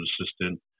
assistant